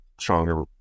stronger